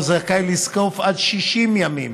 הוא זכאי לזקוף עד 60 ימים